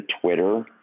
twitter